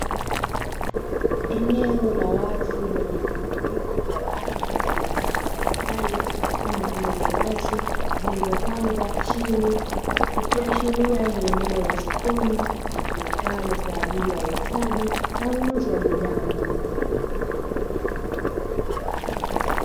Eneo la wazi lenye mjumuiko wa watu na bidhaa mbalimbali kama vile viazi vilivyopangwa chini, ikiashiria ni eneo la sokoni litumikalo kwa ajili ya uuzaji na ununuzi wa bidhaa mbalimbali.